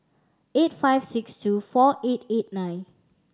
eight five six two four eight eight nine